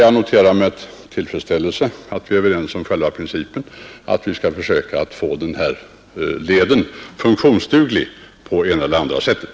Jag noterar med tillfredsställelse att vi är överens om själva principen, att vi skall försöka få denna led funktionsduglig på det ena eller andra sättet.